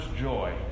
joy